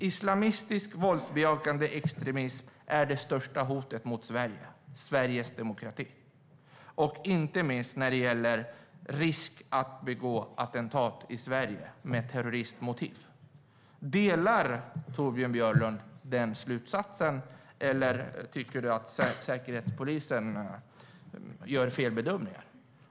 Islamistisk och våldsbejakande extremism är det största hotet mot Sverige och demokratin, inte minst när det gäller risken för attentat i Sverige med terroristmotiv. Delar Torbjörn Björlund den slutsatsen eller tycker han att Säkerhetspolisen gör fel bedömningar?